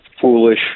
foolish